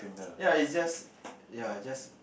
ya it's just ya just